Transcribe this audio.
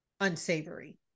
unsavory